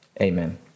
amen